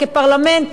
כפרלמנט,